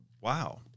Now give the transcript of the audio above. wow